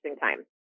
time